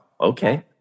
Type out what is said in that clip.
okay